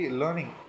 learning